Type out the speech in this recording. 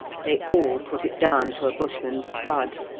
they all put it down to a bushman's spud.